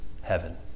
heaven